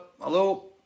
hello